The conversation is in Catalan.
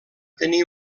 tenir